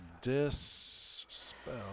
Dispel